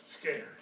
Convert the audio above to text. scared